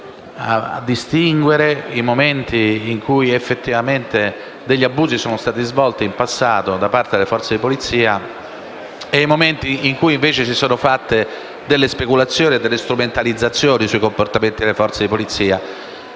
a distinguere i momenti in cui effettivamente degli abusi sono stati svolti in passato da parte delle forze di polizia e i momenti in cui invece sono state fatte delle speculazioni e strumentalizzazioni sui comportamenti delle stesse forze di polizia.